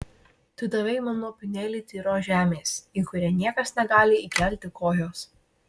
tu davei man lopinėlį tyros žemės į kurią niekas negali įkelti kojos